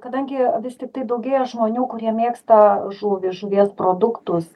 kadangi vis tiktai daugėja žmonių kurie mėgsta žuvį žuvies produktus